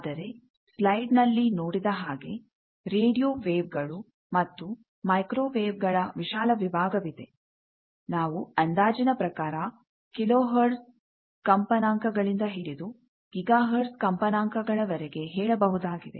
ಆದರೆ ಸ್ಲೈಡ್ ನಲ್ಲಿ ನೋಡಿದ ಹಾಗೆ ರೇಡಿಯೋ ವೇವ್ ಗಳು ಮತ್ತು ಮೈಕ್ರೋ ವೇವ್ ಗಳ ವಿಶಾಲ ವಿಭಾಗವಿದೆ ನಾವು ಅಂದಾಜಿನ ಪ್ರಕಾರ ಕಿಲೋ ಹರ್ಟ್ಜ್ ಕಂಪನಾಂಕ ಗಳಿಂದ ಹಿಡಿದು ಗೀಗಾ ಹರ್ಟ್ಜ್ ಕಂಪನಾಂಕಗಳವರೆಗೆ ಹೇಳಬಹುದಾಗಿದೆ